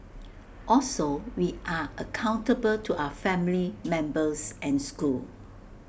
also we are accountable to our family members and school